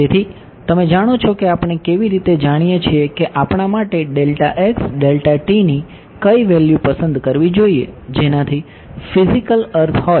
તેથી તમે જાણો છો કે આપણે કેવી રીતે જાણીએ છીએ કે આપણા માટે ની કઈ વેલ્યૂ પસંદ કરવી જોઈએ જેનાથી ફિઝિકલ અર્થ હોય